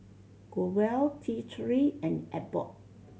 Growell T Three and Abbott